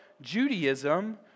Judaism